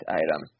item